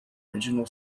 original